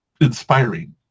inspiring